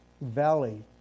valley